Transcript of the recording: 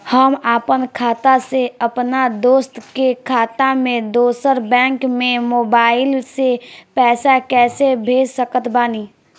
हम आपन खाता से अपना दोस्त के खाता मे दोसर बैंक मे मोबाइल से पैसा कैसे भेज सकत बानी?